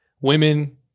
Women